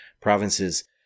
provinces